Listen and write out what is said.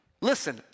listen